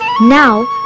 now